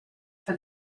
for